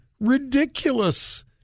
Ridiculous